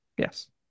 Yes